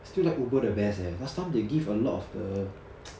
still like Uber the best leh last time they give a lot of the